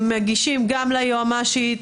מגישים תלונות ליועצת המשפטית,